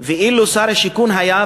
שר השיכון היה,